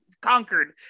conquered